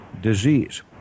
disease